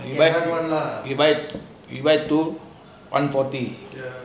you buy you buy two you buy two one forty